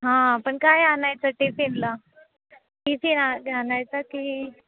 हां पण काय आणायचं टिफिनला टिफिन आ आणायचा की